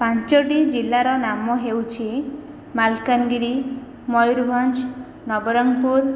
ପାଞ୍ଚଟି ଜିଲ୍ଲାର ନାମ ହେଉଛି ମାଲକାନାଗିରି ମୟୂରଭଞ୍ଜ ନବରଙ୍ଗପୁର